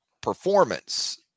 performance